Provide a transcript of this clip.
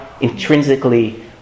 intrinsically